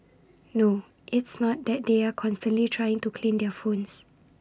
no it's not that they are constantly trying to clean their phones